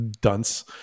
dunce